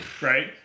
Right